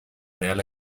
real